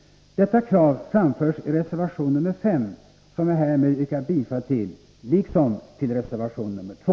Detta krav framförs i reservation 5, som jag härmed yrkar bifall till, liksom till reservation 2.